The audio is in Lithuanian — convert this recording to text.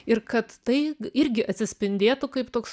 ir kad tai irgi atsispindėtų kaip toks